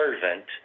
servant